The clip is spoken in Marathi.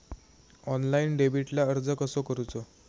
ऑनलाइन डेबिटला अर्ज कसो करूचो?